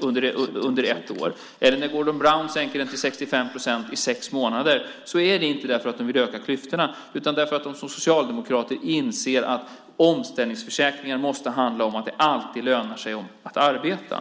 under ett år eller när Gordon Brown sänker den till 65 procent i sex månader är det inte för att de vill öka klyftorna utan för att de som socialdemokrater inser att omställningsförsäkringar måste handla om att det alltid ska löna sig att arbeta.